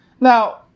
Now